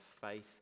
faith